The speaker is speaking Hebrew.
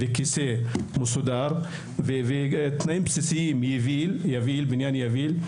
כיסא מסודר ותנאים בסיסיים: בניין יביל.